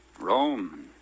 Rome